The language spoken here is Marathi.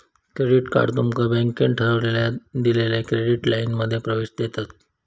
क्रेडिट कार्ड तुमका बँकेन ठरवलेल्या केलेल्या क्रेडिट लाइनमध्ये प्रवेश देतत